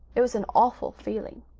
it was an awful feeling.